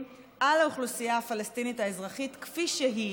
על האוכלוסייה הפלסטינית האזרחית כפי שהיא,